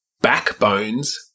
backbones